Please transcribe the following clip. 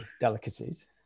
delicacies